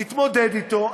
נתמודד איתו.